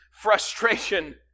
frustration